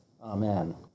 Amen